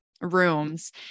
rooms